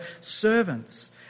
servants